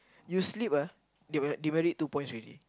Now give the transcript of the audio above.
you sleep ah demerit demerit two points already